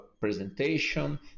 presentation